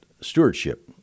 stewardship